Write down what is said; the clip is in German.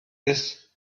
ist